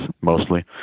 mostly